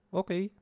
okay